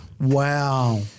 Wow